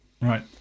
Right